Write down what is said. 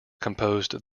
composed